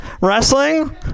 wrestling